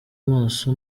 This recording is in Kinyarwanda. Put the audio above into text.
maso